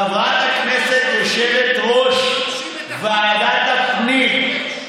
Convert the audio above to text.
חברת הכנסת, יושבת-ראש ועדת הפנים,